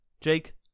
jake